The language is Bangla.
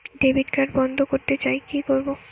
ডেবিট কার্ড বন্ধ করতে চাই কি করব?